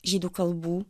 žydų kalbų